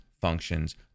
functions